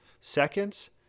seconds